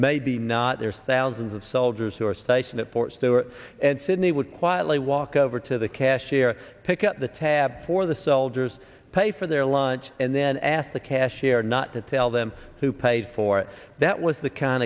maybe not there's thousands of soldiers who are stationed at fort stewart and sydney would quietly walk over to the cashier pick up the tab for the soldiers pay for their lunch and then ask the cashier not to tell them who paid for it that was the kind